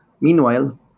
Meanwhile